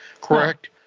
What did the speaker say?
correct